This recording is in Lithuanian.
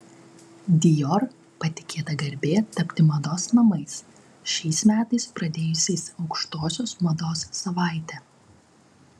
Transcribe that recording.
dior patikėta garbė tapti mados namais šiais metais pradėjusiais aukštosios mados savaitę